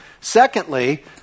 secondly